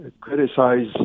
criticize